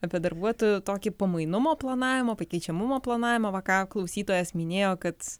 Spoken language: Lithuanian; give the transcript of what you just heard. apie darbuotojų tokį pamainumo planavimo pakeičiamumo planavimo va ką klausytojas minėjo kad